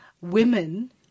women